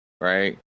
Right